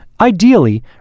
Ideally